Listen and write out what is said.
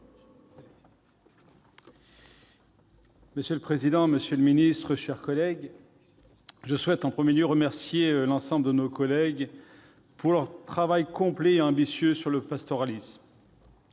Monsieur le président, monsieur le ministre, mes chers collègues, je souhaite en premier lieu remercier nos collègues pour leur travail complet et ambitieux sur le pastoralisme.